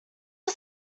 are